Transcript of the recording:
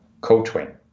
co-twin